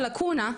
לקונה,